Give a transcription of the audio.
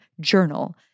journal